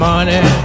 Money